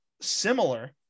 similar